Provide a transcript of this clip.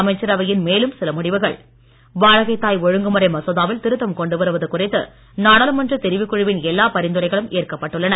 அமைச்சரவையின் மேலும் சில முடிவுகள் வாடகைத் தாய் ஒழுங்குமுறை மசோதாவில் திருத்தம் கொண்டுவருவது குறித்து நாடாளுமன்ற தெரிவுக் குழுவின் எல்லாப் பரிந்துரைகளும் ஏற்கப்பட்டுள்ளன